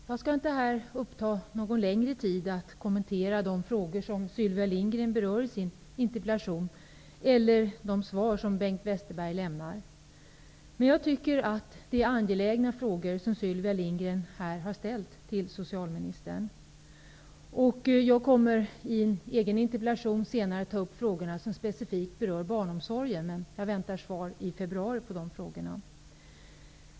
Herr talman! Jag skall inte uppta någon längre tid med att kommentera de frågor som Sylvia Lindgren berör i sin interpellation eller de svar som Bengt Westerberg lämnar. Men jag tycker att det är angelägna frågor som Sylvia Lindgren har ställt till socialministern. Jag kommer i en egen interpellation senare att ta upp de frågor som specifikt berör barnomsorgen. Jag väntar svar på de frågorna i februari.